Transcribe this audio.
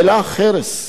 עוד יותר אומר לכם,